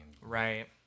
Right